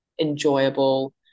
enjoyable